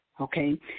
okay